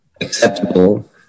acceptable